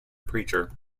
preacher